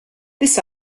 this